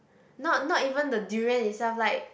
not not even the durian itself like